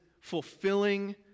fulfilling